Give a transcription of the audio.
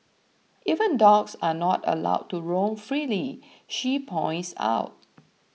even dogs are not allowed to roam freely she points out